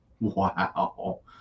Wow